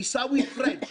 עיסאווי פריג',